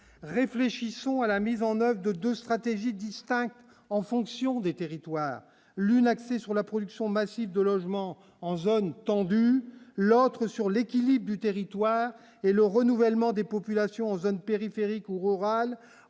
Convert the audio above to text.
réfléchissons à la mise en oeuvre de 2 stratégies distinctes en fonction des territoires, l'une axée sur la production massive de logements en zones, l'autre sur l'équilibre du territoire et le renouvellement des populations zones périphériques ou rurales